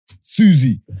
Susie